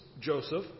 Joseph